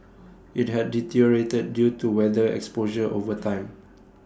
IT had deteriorated due to weather exposure over time